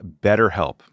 BetterHelp